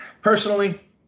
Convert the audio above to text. Personally